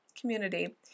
Community